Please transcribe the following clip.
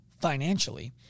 financially